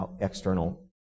external